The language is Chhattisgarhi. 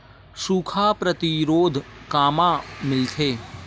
सुखा प्रतिरोध कामा मिलथे?